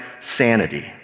sanity